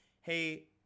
hey